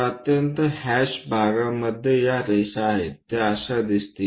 अत्यंत हॅश भागामध्ये या रेषा आहेत त्या अशा दिसतील